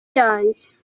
yanjye